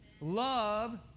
Love